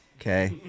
okay